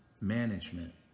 management